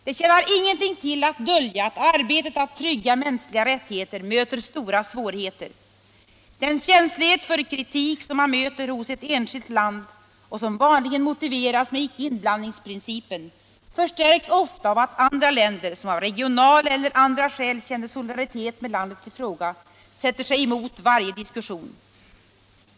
Det tjänar ingenting till att dölja att arbetet att trygga mänskliga rättigheter möter stora svårigheter. Den känslighet för kritik som man möter hos ett enskilt land och som vanligen motiveras med icke-inblandningsprincipen förstärks ofta av att andra länder, som av regionala eller andra skäl känner solidaritet med landet i fråga, sätter sig emot varje diskussion.